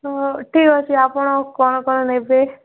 ତ ଠିକ୍ ଅଛି ଆପଣ କ'ଣ କ'ଣ ନେବେ